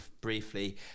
briefly